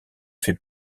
fait